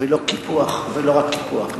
ולא רק קיפוח נפש.